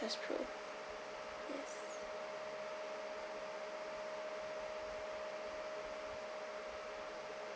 twelve pro yes